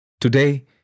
Today